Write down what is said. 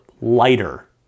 lighter